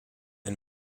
and